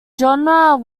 genre